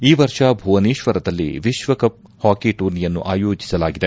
ಈ ವರ್ಷ ಭುವನೇಶ್ವರದಲ್ಲಿ ವಿಶ್ವಕಪ್ ಹಾಕಿ ಟೂರ್ನಿಯನ್ನು ಆಯೋಜಿಸಲಾಗಿದೆ